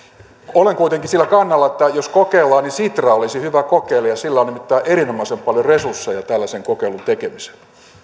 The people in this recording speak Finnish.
olen kuitenkin sillä kannalla että jos kokeillaan niin sitra olisi hyvä kokeilija sillä on nimittäin erinomaisen paljon resursseja tällaisen kokeilun tekemiseen